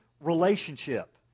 relationship